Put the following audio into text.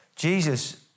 Jesus